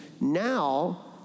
now